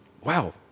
wow